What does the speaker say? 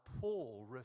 Paul